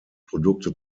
produkte